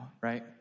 right